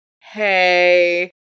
Hey